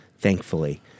thankfully